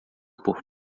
por